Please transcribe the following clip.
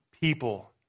people